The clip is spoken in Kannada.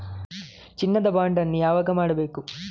ಚಿನ್ನ ದ ಬಾಂಡ್ ಅನ್ನು ಯಾವಾಗ ಮಾಡಬೇಕು?